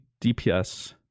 DPS